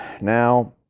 now